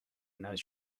knows